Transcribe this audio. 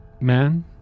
man